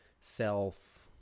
self